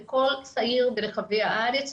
לכל צעיר ברחבי הארץ,